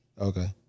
Okay